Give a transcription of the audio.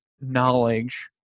knowledge